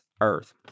earth